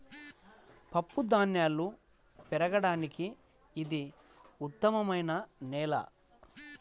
పప్పుధాన్యాలు పెరగడానికి ఇది ఉత్తమమైన నేల